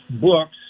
books